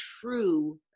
true